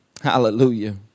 Hallelujah